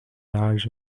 large